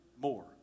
more